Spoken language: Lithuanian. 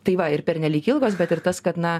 tai va ir pernelyg ilgos bet ir tas kad na